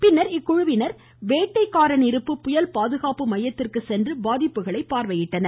பின்னர் இக்குழுவினர் வேட்டைக்காரனிருப்பு புயல் பாதுகாப்பு மையத்திற்கு சென்று பாதிப்புகளை பார்வையிட்டனர்